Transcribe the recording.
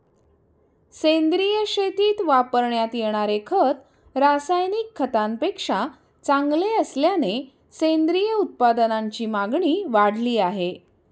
सेंद्रिय शेतीत वापरण्यात येणारे खत रासायनिक खतांपेक्षा चांगले असल्याने सेंद्रिय उत्पादनांची मागणी वाढली आहे